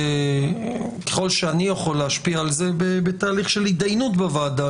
ככל שאני יכול להשפיע על זה בתהליך של התדיינות בוועדה,